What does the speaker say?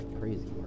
crazy